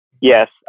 Yes